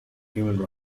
human